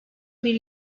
bir